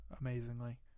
Amazingly